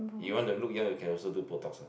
you want to look young you can also do botox ah